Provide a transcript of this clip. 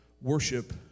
worship